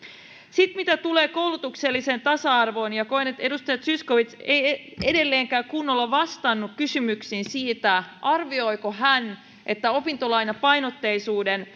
sitten mitä tulee koulutukselliseen tasa arvoon koen että edustaja zyskowicz ei edelleenkään kunnolla vastannut kysymyksiin siitä arvioiko hän että opintolainapainotteisuuden